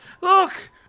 Look